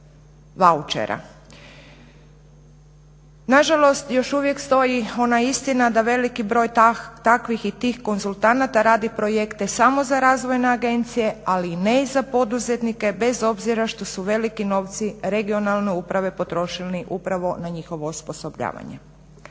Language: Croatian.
Na žalost još uvijek stoji ona istina da veliki broj takvih i tih konzultanata radi projekte samo za razvojne agencije, ali ne i za poduzetnike bez obzira što su veliki novci regionalne uprave potrošeni upravo na njihovo osposobljavanje.